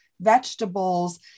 vegetables